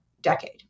decade